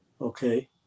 okay